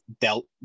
dealt